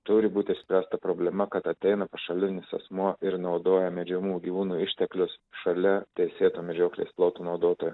turi būt išspręsta problema kad ateina pašalinis asmuo ir naudoja medžiojamų gyvūnų išteklius šalia teisėtų medžioklės plotų naudotojų